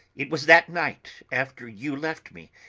it was that night after you left me,